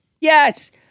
Yes